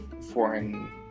foreign